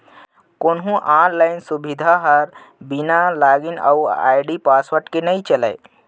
कोहूँ आनलाइन सुबिधा हर बिना लॉगिन आईडी अउ पासवर्ड के नइ चलय